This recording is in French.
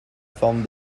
forme